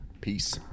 Peace